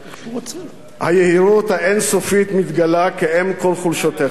היהירות האין-סופית מתגלה כאם כל חולשותיך.